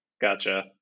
Gotcha